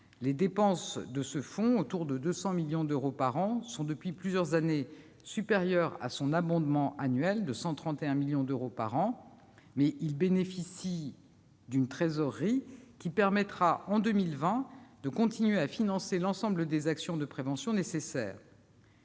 Ses dépenses, autour de 200 millions d'euros par an, sont, depuis plusieurs années, supérieures à son abondement annuel, de 131 millions d'euros par an, mais il bénéficie d'une trésorerie qui lui permettra, en 2020, de continuer à financer l'ensemble des actions de prévention nécessaires.